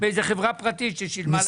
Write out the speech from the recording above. באיזה חברה פרטית ששילמה להם.